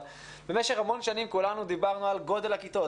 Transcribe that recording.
אבל במשך המון שנים כולנו דיברנו על גודל הכיתות,